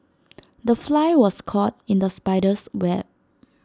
the fly was caught in the spider's web